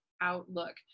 outlook